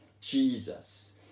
Jesus